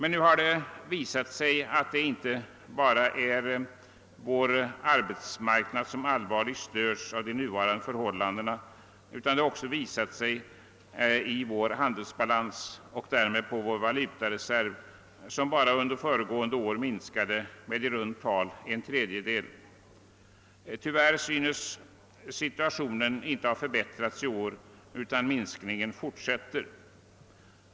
Nu har det visat sig att det inte bara är vår arbetsmarknad som allvarligt störs av de nuvarande förhållandena, utan det har också visat sig i vår handelsbalans och därmed i vår valutareserv, som enbart under föregående år minskade med i runt tal en tredjedel. Tyvärr synes situationen inte ha förbättrats i år utan minskningen fortsätter.